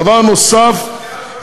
דבר נוסף,